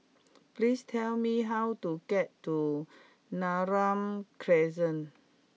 please tell me how to get to Neram Crescent